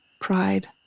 pride